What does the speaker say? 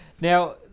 Now